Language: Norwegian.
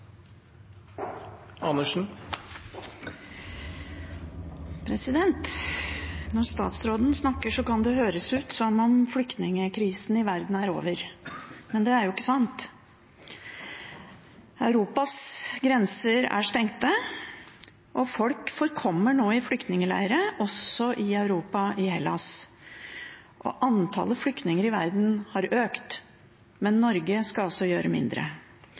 overkapasitet. Når statsråden snakker, kan det høres ut som om flyktningkrisen i verden er over. Men det er jo ikke sant. Europas grenser er stengt, og folk forkommer nå i flyktningleirer, også i Europa, i Hellas. Antallet flyktninger i verden har økt, men Norge skal gjøre mindre.